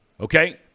Okay